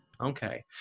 Okay